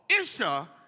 Isha